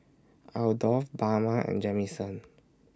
Adolph Bama and Jamison